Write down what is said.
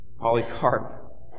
Polycarp